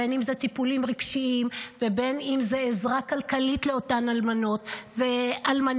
בין שזה טיפולים רגשיים ובין שזה בעזרה כלכלית לאותן אלמנות ואלמנים.